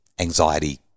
anxiety